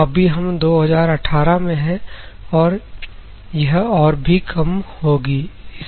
अभी हम 2018 में है और यह और भी कम होगी